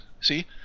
See